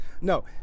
no